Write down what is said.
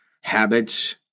habits